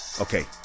Okay